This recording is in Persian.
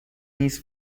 نیز